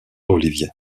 olivier